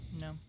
No